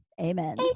Amen